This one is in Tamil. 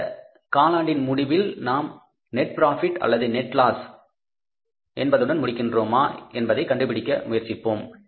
இந்த காலாண்டின் முடிவில் நாம் நெட் ப்ராபிட் அல்லது நெட் லாஸ் முடிக்கின்றோமா என்பதை கண்டுபிடிக்க முயற்சிப்போம்